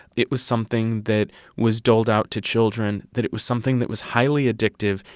it was something that was doled out to children, that it was something that was highly addictive,